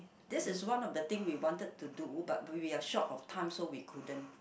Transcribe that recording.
this is one of the thing we wanted to do but we are short of time so we couldn't